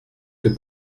que